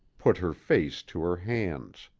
put her face to her hands.